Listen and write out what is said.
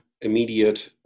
immediate